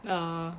uh